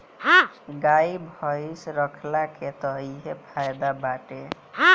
गाई भइस रखला के तअ इहे फायदा बाटे